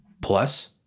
plus